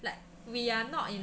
like we are not in